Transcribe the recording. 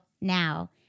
now